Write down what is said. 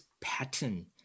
pattern